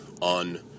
on